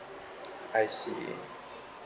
I see